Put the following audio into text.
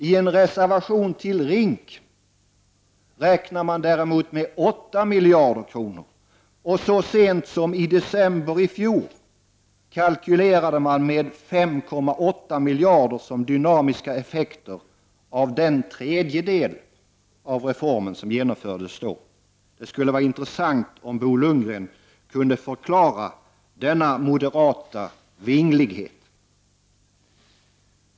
I en reservation till RINK räknar man däremot med 8 miljarder och så sent som i december i fjol kalkylerade man med 5,8 miljarder som dynamiska effekter av den tredjedel av reformen som genomfördes då. Det skulle vara intressant om Bo Lundgren kunde förklara denna moderata vinglighet.